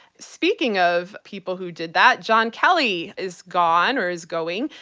speaking of people who did that, john kelly is gone, or is going.